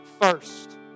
first